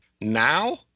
now